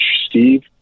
Steve